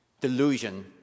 delusion